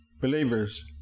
believers